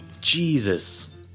Jesus